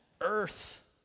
earth